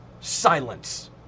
silence